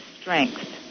strength